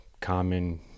common